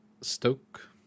Stoke